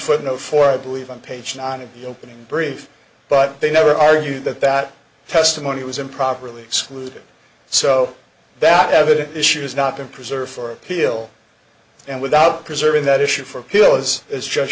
footnote four i believe on page nine of the opening brief but they never argue that that testimony was improperly excluded so that evidence issue has not been preserved for appeal and without preserving that issue for kill as as judge